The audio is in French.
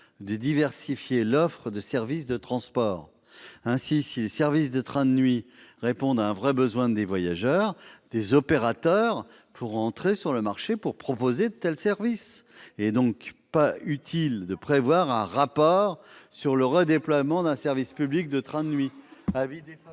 de diversifier l'offre de services de transports. Ainsi, si les services de trains de nuit répondent à un véritable besoin des voyageurs, des opérateurs pourront entrer sur le marché pour proposer de tels services. Il n'est donc pas utile de prévoir un rapport sur le redéploiement d'un service public de trains de nuit.